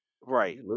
Right